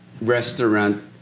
restaurant